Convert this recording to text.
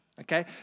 Okay